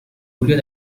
julio